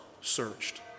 searched